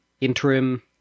interim